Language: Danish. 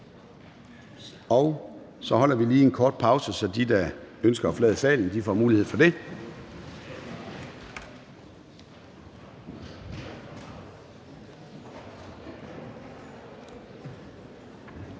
Så holder vi lige en kort pause, så de, der ønsker at forlade salen, får mulighed for det.